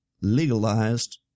legalized